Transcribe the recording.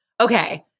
Okay